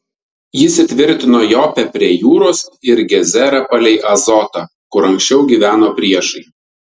jis įtvirtino jopę prie jūros ir gezerą palei azotą kur anksčiau gyveno priešai